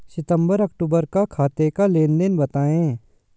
सितंबर अक्तूबर का खाते का लेनदेन बताएं